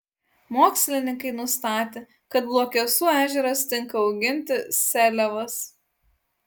mokslininkai nustatė kad luokesų ežeras tinka auginti seliavas